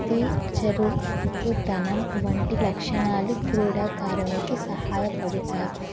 ప్రతి చురుకుతనం వంటి లక్షణాలు క్రీడాకారునికి సహాయపడతాయి